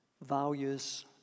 values